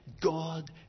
God